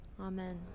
Amen